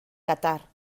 qatar